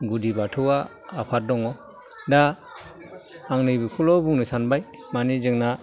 गुदि बाथौआ आफाद दङ दा आं नैबेखौल' बुंनो सानबाय माने जोंना